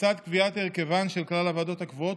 לצד קביעת הרכבן של כלל הוועדות הקבועות,